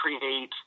create